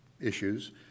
issues